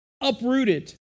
uprooted